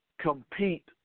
compete